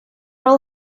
all